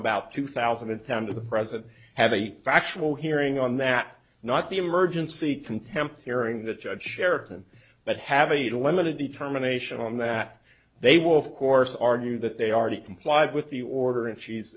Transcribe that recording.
about two thousand and ten to the present have a factual hearing on that not the emergency contempt hearing the judge sheraton but have a limited determination on that they will of course argue that they already complied with the order and she's